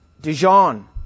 Dijon